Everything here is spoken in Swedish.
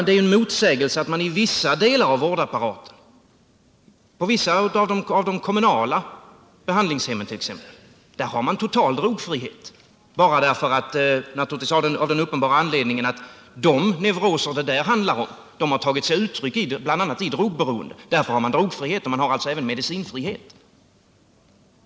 Det är ju en motsägelse att man inom vissa delar av vårdapparaten, t.ex. på vissa av de kommunala behandlingshemmen, har total drogfrihet av den uppenbara anledningen att de neuroser som det där handlar om bl.a. har tagit sig uttryck i drogberoende. Därför har man alltså drogfrihet och alltså även medicinfrihet.